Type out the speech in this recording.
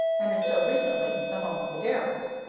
and until recently the home of the darrells.